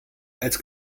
als